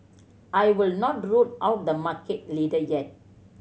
I would not rule out the market leader yet